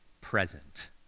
present